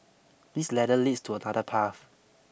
this ladder leads to another path